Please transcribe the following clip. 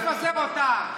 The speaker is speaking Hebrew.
לך תפזר אותה.